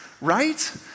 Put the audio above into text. Right